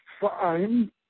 fine